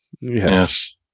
Yes